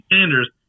Sanders